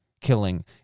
killing